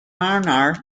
myanmar